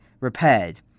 repaired